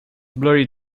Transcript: blurry